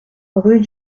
rue